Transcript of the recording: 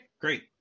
great